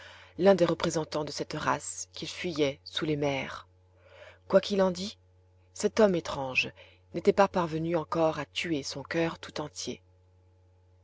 l'un des représentants de cette race qu'il fuyait sous les mers quoi qu'il en dît cet homme étrange n'était pas parvenu encore à tuer son coeur tout entier